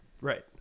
Right